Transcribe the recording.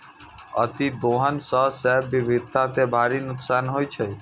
अतिदोहन सं जैव विविधता कें भारी नुकसान होइ छै